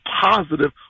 positive